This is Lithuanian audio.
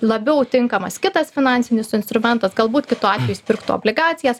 labiau tinkamas kitas finansinis instrumentas galbūt kitu atveju jis pirktų obligacijas